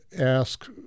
ask